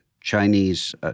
Chinese